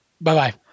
Bye-bye